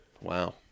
Wow